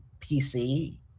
PC